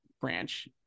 branch